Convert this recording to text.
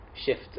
shift